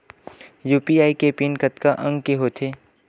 UPI के pin कतका अंक के होथे?